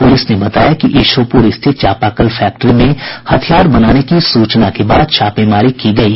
police ने बताया कि ईशोपुर स्थित चापाकल फैक्ट्री में हथियार बनाने की सूचना के बाद छापेमारी की गयी